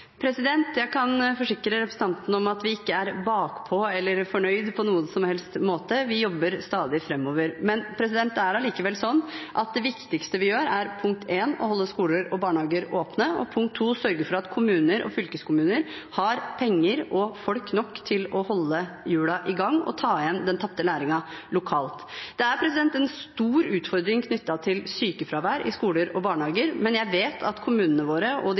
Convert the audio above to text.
Jeg kan forsikre representanten om at vi ikke er bakpå eller på noen som helst måte fornøyd. Vi jobber stadig framover. Men det er allikevel sånn at det viktigste vi gjør, er punkt 1: å holde skoler og barnehager åpne, og punkt 2: å sørge for at kommuner og fylkeskommuner har penger og folk nok til å holde hjulene i gang og ta igjen den tapte læringen lokalt. Det er en stor utfordring knyttet til sykefravær i skoler og barnehager, men jeg vet at kommunene våre og